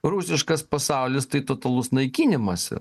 rusiškas pasaulis tai totalus naikinimas